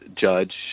Judge